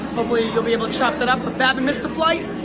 hopefully you'll be able to chop that up, but babin missed the flight,